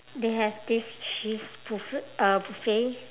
they have this cheese buffe~ uh buffet